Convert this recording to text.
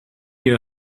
your